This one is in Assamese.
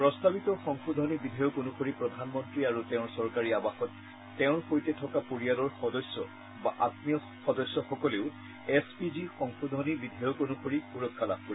প্ৰস্তাৱিত সংশোধনী বিধেয়ক অনুসৰি প্ৰধানমন্ত্ৰী আৰু তেওঁৰ চৰকাৰী আৱাসত তেওঁৰ সৈতে থকা পৰিয়ালৰ সদস্য বা আমীয় সদস্যসকলেও এছ পি জি সংশোধনী বিধেয়ক অনুসৰি সুৰক্ষা লাভ কৰিব